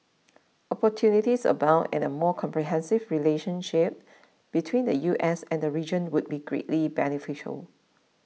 opportunities abound and a more comprehensive relationship between the U S and the region would be greatly beneficial